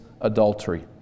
adultery